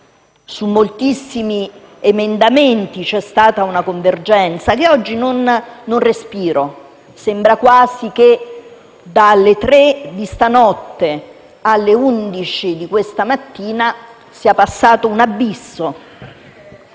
su moltissimi emendamenti vi è stata una convergenza che oggi non respiro. Sembra quasi che dalle 3 di questa notte alle 11 di questa mattina sia passato un abisso.